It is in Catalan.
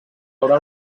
haurà